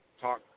talk